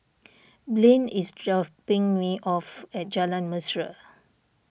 Blane is dropping me off at Jalan Mesra